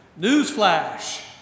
Newsflash